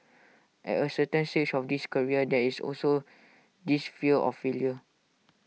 at A certain stage of this career there is also this fear of failure